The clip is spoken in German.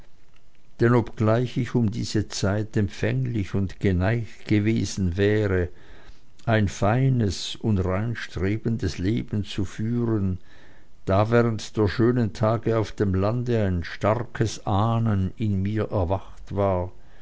denn obgleich ich um diese zeit empfänglich und geneigt gewesen wäre ein feines und reinstrebendes leben zu fahren da während der schönen tage auf dem lande ein starkes ahnen in mir erwacht war